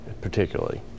particularly